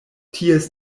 ties